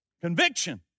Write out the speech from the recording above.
Conviction